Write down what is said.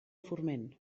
forment